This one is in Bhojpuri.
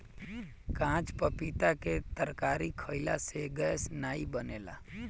काच पपीता के तरकारी खयिला से गैस नाइ बनेला